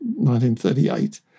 1938